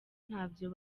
ntabyo